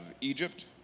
Egypt